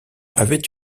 avait